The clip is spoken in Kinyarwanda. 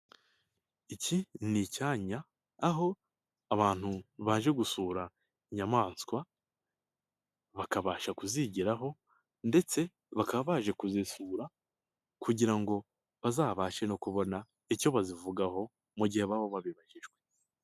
Iki n'icyanya, aho abantu baje gusura inyamaswa bakabasha kuzigiraho ndetse bakaba baje kuzisura kugira ngo bazabashe no kubona icyo bazivugaho mu gihe baba babibajijwe.